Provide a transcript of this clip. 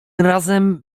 razem